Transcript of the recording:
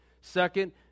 Second